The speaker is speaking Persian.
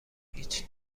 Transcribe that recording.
هیچ